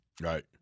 Right